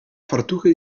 fartuchy